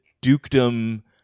dukedom